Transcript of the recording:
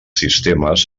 sistemes